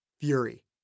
Fury